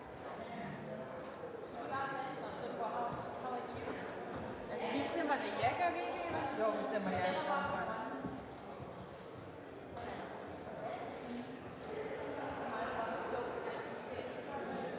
deler jeg ikke